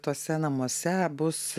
tuose namuose bus